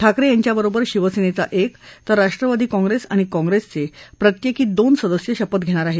ठाकरे यांच्या बरोबर शिक्सेनेचा एक तर राष्ट्रवादी काँग्रेस आणि काँग्रेसचे प्रत्येकी दोन सदस्यही शपथ घेणार आहेत